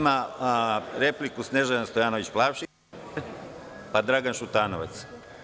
Repliku ima Snežani Stojanović Plavšić, zatim Dragan Šutanovac.